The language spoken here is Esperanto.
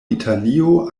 italio